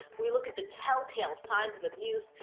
we look at the telltale signs of abuse,